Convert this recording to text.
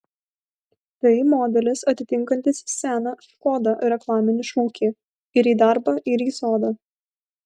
tai modelis atitinkantis seną škoda reklaminį šūkį ir į darbą ir į sodą